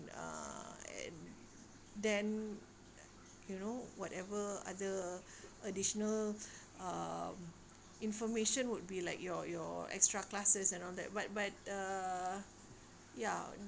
uh and then you know whatever other additional um information would be like your your extra classes and all that but but uh ya